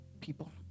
people